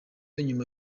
nyuma